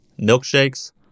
milkshakes